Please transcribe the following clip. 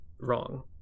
wrong